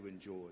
enjoy